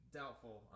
doubtful